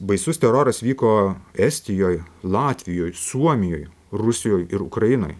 baisus teroras vyko estijoj latvijoj suomijoj rusijoj ir ukrainoj